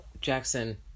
Jackson